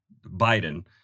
Biden